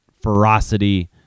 ferocity